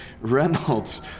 Reynolds